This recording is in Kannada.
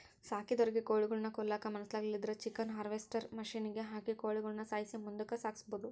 ಸಾಕಿದೊರಿಗೆ ಕೋಳಿಗುಳ್ನ ಕೊಲ್ಲಕ ಮನಸಾಗ್ಲಿಲ್ಲುದ್ರ ಚಿಕನ್ ಹಾರ್ವೆಸ್ಟ್ರ್ ಮಷಿನಿಗೆ ಹಾಕಿ ಕೋಳಿಗುಳ್ನ ಸಾಯ್ಸಿ ಮುಂದುಕ ಸಾಗಿಸಬೊದು